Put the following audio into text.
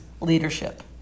leadership